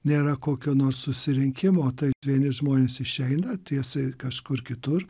nėra kokio nors susirinkimo tai vieni žmonės išeina tiesa kažkur kitur